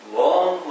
long